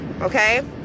Okay